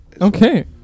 okay